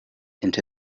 into